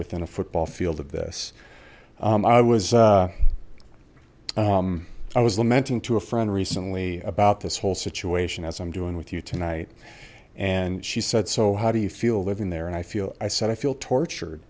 within a football field of this i was i was lamenting to a friend recently about this whole situation as i'm doing with you tonight and she said so how do you feel living there and i feel i said i feel tortured